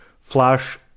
Flash